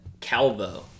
calvo